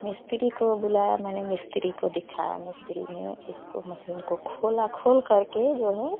मिस्त्री को बुलाया मैंने मिस्त्री को दिखाया मिस्त्री ने उसको मशीन को खोला खोल कर के जो है